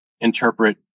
interpret